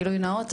גילוי נאות,